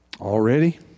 Already